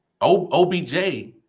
OBJ